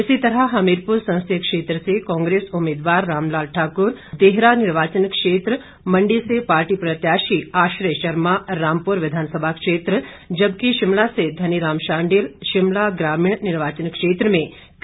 इसी तरह हमीरपुर संसदीय क्षेत्र से कांग्रेस उम्मीदवार राम लाल ठाकुर देहरा निर्वाचन क्षेत्र मंडी से पार्टी प्रत्याशी आश्रय शर्मा रामपुर विधानसभा क्षेत्र जबकि शिमला से धनीराम शांडिल शिमला ग्रामीण निर्वाचन क्षेत्र में कई स्थानों पर प्रचार करेंगे